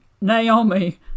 Naomi